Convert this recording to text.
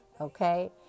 Okay